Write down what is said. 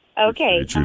Okay